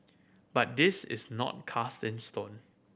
but this is not cast in stone